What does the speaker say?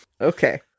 Okay